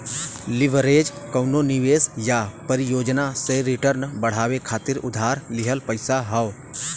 leverage कउनो निवेश या परियोजना से रिटर्न बढ़ावे खातिर उधार लिहल पइसा हौ